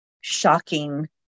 shocking